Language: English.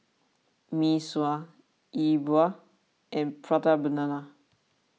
Mee Sua E Bua and Prata Banana